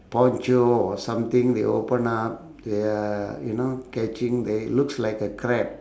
poncho or something they open up they are you know catching they looks like a crab